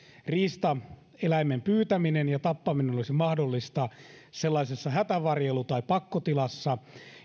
riistaeläimen pyytäminen ja tappaminen olisi mahdollista sellaisessa hätävarjelu tai pakkotilassa